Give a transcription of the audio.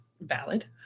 valid